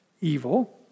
evil